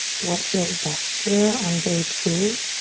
what feels best here on day two.